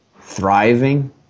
thriving